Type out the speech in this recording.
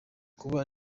kuba